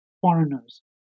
foreigners